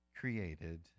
created